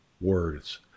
words